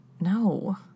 No